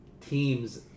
teams